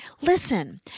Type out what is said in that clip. Listen